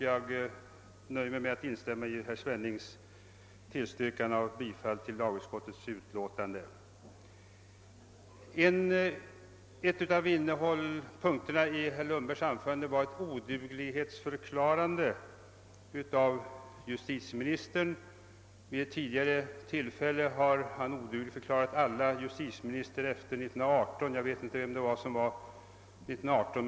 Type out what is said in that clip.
Jag nöjer mig med att instämma i herr Svennings tillstyrkande om bifall till tredje lagutskottets utlåtande. En av punkterna i herr Lundbergs anförande var ett odugligförklarande av justitieministern — vid ett tidigare tillfälle har han odugligförklarat alla justitieministrar sedan 1918.